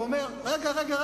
ואומר: רגע,